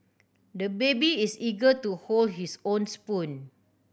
the baby is eager to hold his own spoon